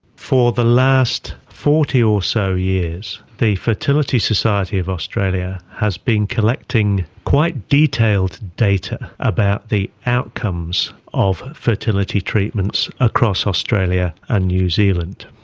for the last forty or so years the fertility society of australia has been collecting quite detailed data about the outcomes of fertility treatments across australia and new zealand.